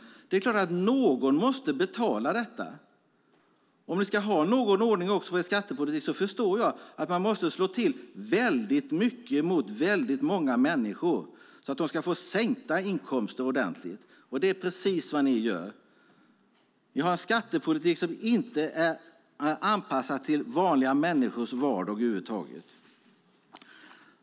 Det är klart att någon måste betala detta. Om vi ska ha någon ordning också i skattepolitiken förstår jag att man måste slå till väldigt mycket mot väldigt många människor så att de ska få ordentligt sänkta inkomster, och det är precis vad ni gör. Ni har en skattepolitik som inte är anpassad till vanliga människors vardag över huvud taget.